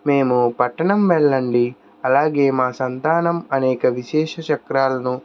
మేము పట్టణం వెళ్ళండి అలాగే మా సంతానం అనేక విశేష చక్రాలను